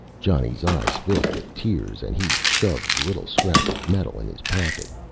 johnny's eyes filled with tears and he shoved the little scrap of metal in his pocket.